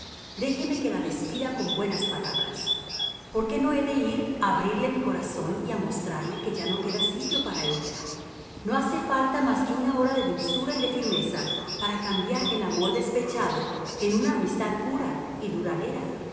déjeme que la despida con buenas palabras por qué no he de ir a abrirle mi corazón y a mostrarle que ya no queda sitio para ella no hace falta más que una hora de dulzura y de firmeza para cambiar el amor despechado en una amistad pura y duradera